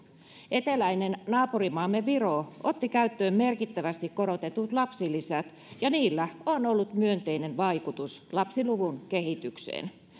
eteläinen naapurimaamme viro otti käyttöön merkittävästi korotetut lapsilisät ja niillä on ollut myönteinen vaikutus lapsiluvun kehitykseen